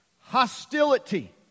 Hostility